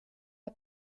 der